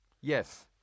yes